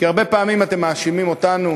כי הרבה פעמים אתם מאשימים אותנו